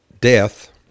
death